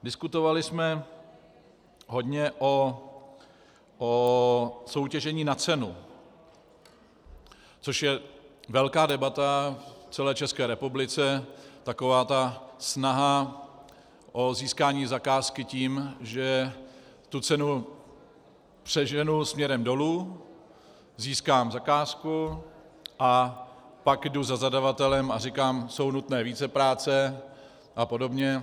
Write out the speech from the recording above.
Diskutovali jsme hodně o soutěžení na cenu, což je velká debata v celé České republice, taková ta snaha o získání zakázky tím, že tu cenu přeženu směrem dolů, získám zakázku a pak jdu za zadavatelem a říkám: jsou nutné vícepráce apod.